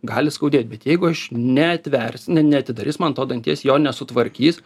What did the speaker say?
gali skaudėt bet jeigu aš neatvers neatidarys man to danties jo nesutvarkys